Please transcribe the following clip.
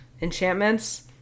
enchantments